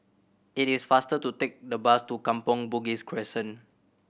it is faster to take the bus to Kampong Bugis Crescent